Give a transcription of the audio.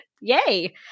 yay